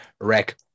wreck